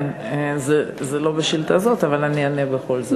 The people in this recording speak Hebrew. זה לא בשאילתה הזאת, אבל אני אענה בכל זאת.